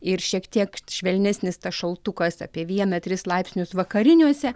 ir šiek tiek švelnesnis tas šaltukas apie vieną tris laipsnius vakariniuose